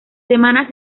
semana